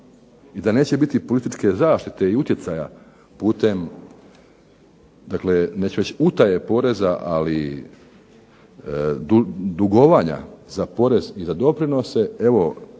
i da neće biti političke zaštite i utjecaja putem neću reći utajom poreza, ali dugovanja za porez i doprinose evo